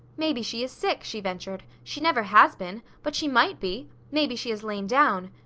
maybe she is sick, she ventured. she never has been but she might be! maybe she has lain down.